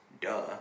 duh